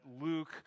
Luke